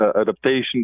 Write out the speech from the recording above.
adaptation